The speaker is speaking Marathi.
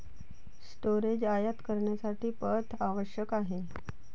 स्टोरेज आयात करण्यासाठी पथ आवश्यक आहे